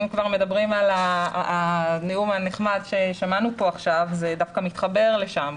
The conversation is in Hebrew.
אם כבר מדברים על הנאום הנחמד ששמענו פה עכשיו זה דווקא מתחבר לשם,